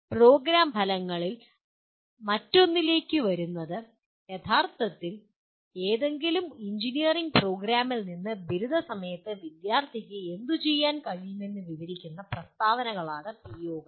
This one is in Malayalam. പ്രോഗ്രാം ഫലങ്ങളിൽ മറ്റൊന്നിലേക്ക് വരുന്നത് യഥാർത്ഥത്തിൽ ഏതെങ്കിലും എഞ്ചിനീയറിംഗ് പ്രോഗ്രാമിൽ നിന്ന് ബിരുദ സമയത്ത് വിദ്യാർത്ഥിക്ക് എന്തുചെയ്യാൻ കഴിയുമെന്ന് വിവരിക്കുന്ന പ്രസ്താവനകളാണ് പിഒകൾ